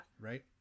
right